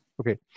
okay